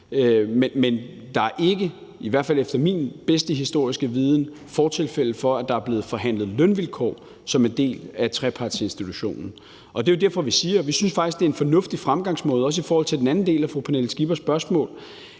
men der er ikke – i hvert fald ikke efter min bedste historiske viden – fortilfælde for, at der er blevet forhandlet lønvilkår som en del af trepartsinstitutionen. Det er jo derfor, at vi siger, at vi faktisk synes, det er en fornuftig fremgangsmåde – det er også i forhold til den anden del af fru Pernille Skippers spørgsmål